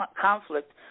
conflict